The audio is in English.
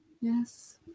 Yes